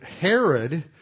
Herod